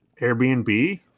Airbnb